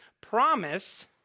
promise